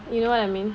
you know what I mean